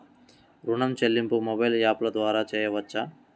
ఋణం చెల్లింపు మొబైల్ యాప్ల ద్వార చేయవచ్చా?